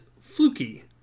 fluky